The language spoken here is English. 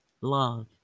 love